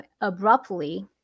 abruptly